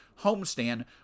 homestand